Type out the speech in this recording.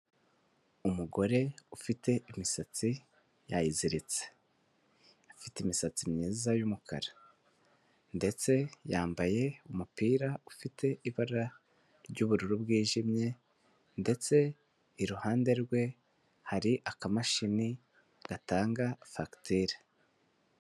Umugore ufite imisatsi yayiziritse afite imisatsi myiza y'umukara ndetse yambaye umupira ufite ibara ry'ubururu bwijimye ndetse iruhande rwe hari akamashini gatanga fagitire.